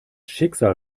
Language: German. schicksal